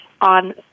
on